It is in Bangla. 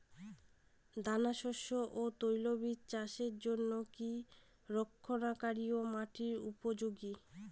দানাশস্য ও তৈলবীজ চাষের জন্য কি ক্ষারকীয় মাটি উপযোগী?